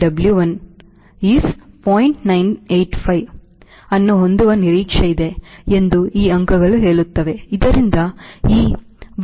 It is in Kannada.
985 ಅನ್ನು ಹೊಂದುವ ನಿರೀಕ್ಷೆಯಿದೆ ಎಂದು ಈ ಅಂಕಗಳು ಹೇಳುತ್ತವೆ ಇದರರ್ಥ ಈ 1 ಮೈನಸ್ 0